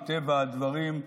מטבע הדברים,